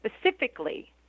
specifically